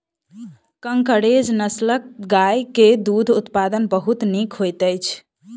कंकरेज नस्लक गाय के दूध उत्पादन बहुत नीक होइत अछि